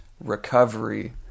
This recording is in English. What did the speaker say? recovery